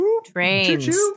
Trains